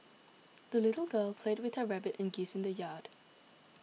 the little girl played with her rabbit and geese in the yard